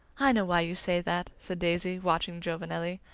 i know why you say that, said daisy, watching giovanelli.